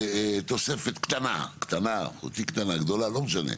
תוספת קטנה, חצי קטנה, גדולה, לא משנה.